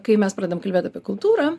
kai mes pradedam kalbėt apie kultūrą